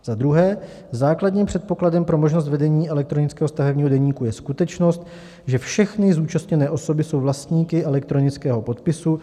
Za druhé, základním předpokladem pro možnost vedení elektronického stavebního deníku je skutečnost, že všechny zúčastněné osoby jsou vlastníky elektronického podpisu.